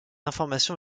information